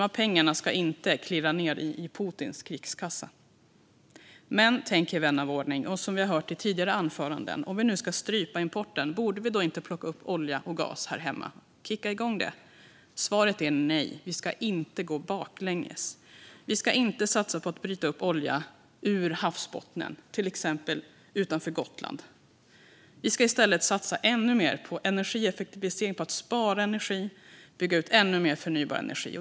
Pengarna ska inte klirra ned i Putins krigskassa. Men, tänker vän av ordning, och vi har hört i tidigare anföranden, om vi ska strypa importen borde vi inte plocka upp olja och gas här hemma - kicka igång? Svaret är nej. Vi ska inte gå baklänges. Vi ska inte satsa på att bryta upp olja ur havsbottnen, till exempel utanför Gotland. Vi ska i stället satsa ännu mer på energieffektivisering, på att spara energi och bygga ut ännu mer förnybar energi.